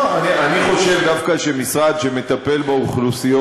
אני חושב דווקא שמשרד שמטפל באוכלוסיות